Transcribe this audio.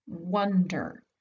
wonder